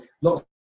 lots